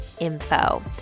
info